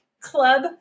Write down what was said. Club